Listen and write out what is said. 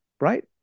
right